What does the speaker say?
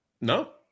No